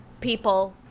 people